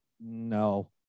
no